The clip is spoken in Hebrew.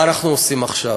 מה אנחנו עושים עכשיו?